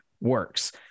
works